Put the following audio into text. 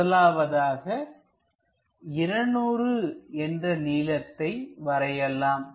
முதலாவதாக 200 என்ற நீளத்தை வரையலாம்